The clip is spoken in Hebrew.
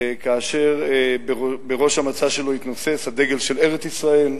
כאשר בראש המצע שלו התנוסס הדגל של ארץ-ישראל,